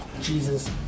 Jesus